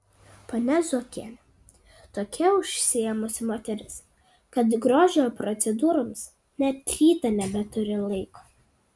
ponia zuokienė tokia užsiėmusi moteris kad grožio procedūroms net rytą nebeturi laiko